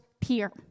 peer